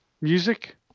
music